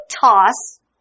toss